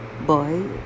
boy